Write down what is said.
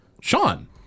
sean